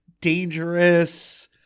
dangerous